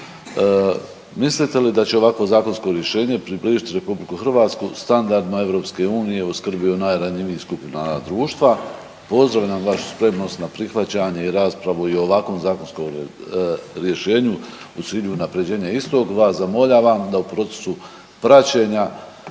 Mislite li da će ovakvo zakonsko rješenje približiti RH standardima EU u skrbi o najranjivijim skupinama društva? Pozdravljam vašu spremnost na prihvaćanje i raspravu i o ovakvom zakonskom rješenju u cilju unapređenja istog. Vas zamoljavam da u procesu praćenja